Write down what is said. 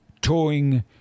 towing